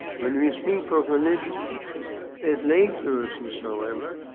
when we speak of religion as lay persons, however,